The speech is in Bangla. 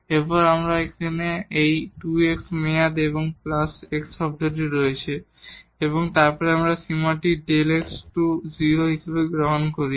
সুতরাং আমাদের এখানে এই 2 x মেয়াদ এবং প্লাস x শব্দটি রয়েছে এবং তারপরে আমরা সীমাটি Δ x → 0 হিসাবে গ্রহণ করি